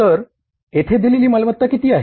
तर येथे दिलेली मालमत्ता किती आहे